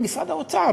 משרד האוצר.